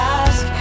ask